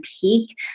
peak